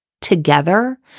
together